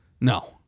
No